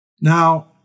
Now